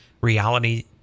reality